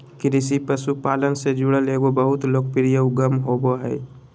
कृषि पशुपालन से जुड़ल एगो बहुत लोकप्रिय उद्यम होबो हइ